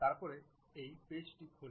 তারপরে এই পেইজ টি খোলে